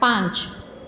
પાંચ